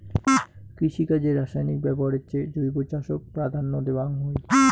কৃষিকাজে রাসায়নিক ব্যবহারের চেয়ে জৈব চাষক প্রাধান্য দেওয়াং হই